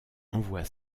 envoie